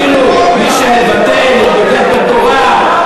כאילו מי שמבטל הוא בוגד בתורה,